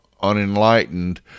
unenlightened